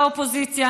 לאופוזיציה,